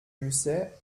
musset